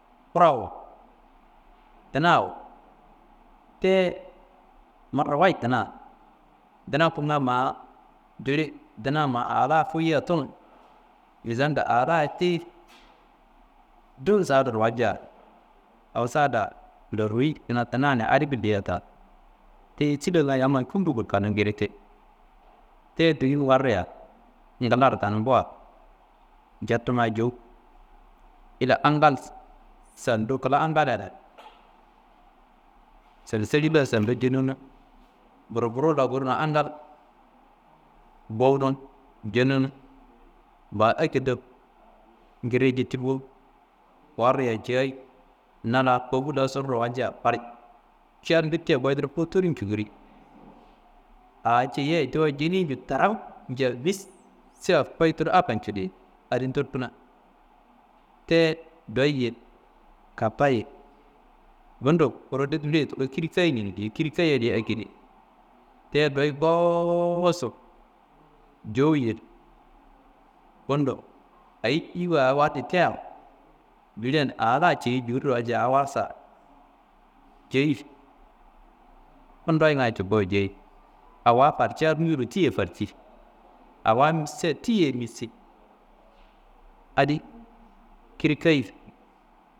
Kurawo dinawo tiye mara wayit dulina, duna konga ma jili duna ma a la foyiya tunu misando a la tiyi dun saduro walca awo sada doroyi kuna duna na adi gulleyiya ta ti sedinga yambi kumbu gulkono tiyi giri ti tiyi dilin waruya ngilaro danumbuwa jetunga jowu ila angal sando kala angalan seli seli la sando jenenu, buruwu buruwu la gorno angal bowunun jenenu ma ekedo giriyi jetti bo, wariya cayiyi, na la kofu la sururo walca farca nduttiya fuwu todin cukuri aa ceyiya tiwa jeni nju taranca mbissa koyi tudu akan cili adin ndorkina te doyi ye, kampayi ye. Bundo kurudi diliye tullo kiri keyi nei diye, kiri keyadiye akedi tiye doyi koosu jowu ye, bundo ayiwa awadi te dulin a la coyi juriro walca a wasa jeyi kundoyingayi cuku jeyi awa farca ruyiru tiyi ye farci awa missa tiyi ye missi adi kiri keyi